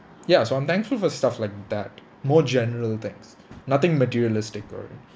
ya so I'm thankful for stuff like that more general things nothing materialistic or